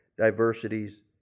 diversities